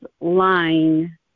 line